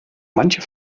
manche